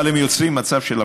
אבל הם יוצרים מצב של אפליה.